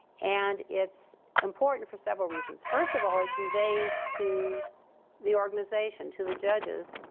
and it's important for several reasons. first of all, it conveys to the organization, to the judges,